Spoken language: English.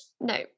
no